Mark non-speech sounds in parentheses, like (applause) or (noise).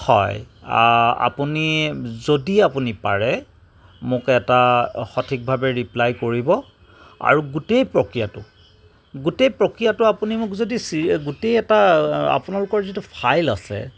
হয় আপুনি যদি আপুনি পাৰে মোক এটা সঠিকভাৱে ৰিপ্লাই কৰিব আৰু গোটেই প্ৰক্ৰিয়াটো গোটেই প্ৰক্ৰিয়াটো আপুনি মোক যদি (unintelligible) গোটেই এটা আপোনালোকৰ যিটো ফাইল আছে